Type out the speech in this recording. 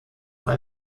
war